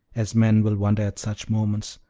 as men will wonder at such moments,